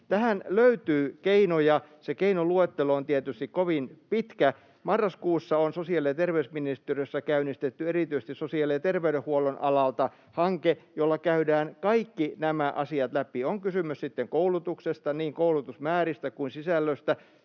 Tähän löytyy keinoja. Se keinoluettelo on tietysti kovin pitkä. Marraskuussa on sosiaali- ja terveysministeriössä käynnistetty erityisesti sosiaali- ja terveydenhuollon alalta hanke, jossa käydään kaikki nämä asiat läpi, on kysymys sitten koulutuksesta — niin koulutusmääristä kuin sisällöstä